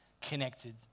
connected